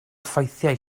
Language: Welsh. effeithiau